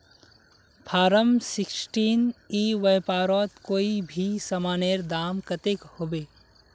Form sixteen ई व्यापारोत कोई भी सामानेर दाम कतेक होबे?